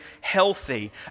healthy